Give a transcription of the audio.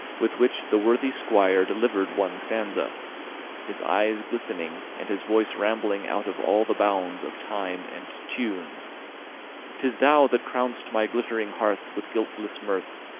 with which the worthy squire delivered one stanza his eyes glistening, and his voice rambling out of all the bounds of time and tune tis thou that crown'st my glittering hearth with guiltlesse mirth,